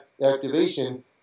activation